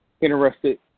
interested